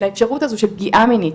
לאפשרות הזו של פגיעה מינית